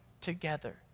together